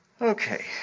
Okay